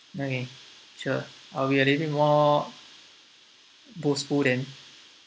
okay sure uh we're a little bit more boastful then